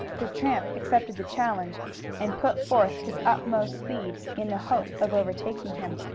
the tramp accepted the challenge and put forth his utmost speed in the hope of overtaking him.